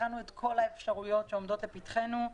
בחנו את כל האפשרויות שעומדות לפתחנו,